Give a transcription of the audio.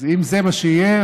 אם זה מה שיהיה,